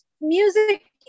music